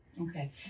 Okay